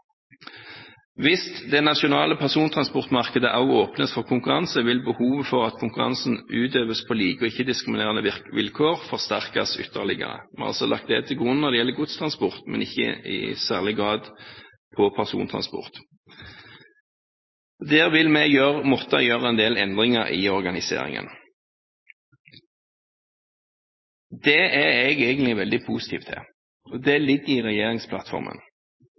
Hvis det nasjonale persontransportmarkedet også åpnes for konkurranse, vil behovet for at konkurransen utøves på like og ikke-diskriminerende vilkår forsterkes ytterligere. Vi har altså lagt det til grunn når det gjelder godstransport, men ikke i særlig grad på persontransport. Der vil vi måtte gjøre en del endringer i organiseringen. Det er jeg egentlig veldig positiv til, og det ligger i regjeringsplattformen.